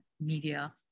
media